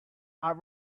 are